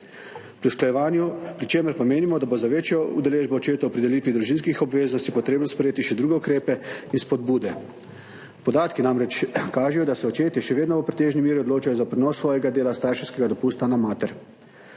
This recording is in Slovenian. ženske, pri čemer pa menimo, da bo za večjo udeležbo očetov pri delitvi družinskih obveznosti potrebno sprejeti še druge ukrepe in spodbude. Podatki namreč kažejo, da se očetje še vedno v pretežni meri odločajo za prenos svojega dela starševskega dopusta na mater.